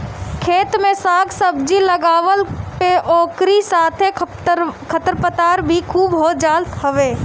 खेत में साग सब्जी लगवला पे ओकरी साथे खरपतवार भी खूब हो जात हवे